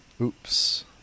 Oops